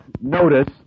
notice